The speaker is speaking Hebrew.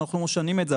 אנחנו לא משנים את זה,